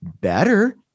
better